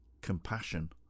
compassion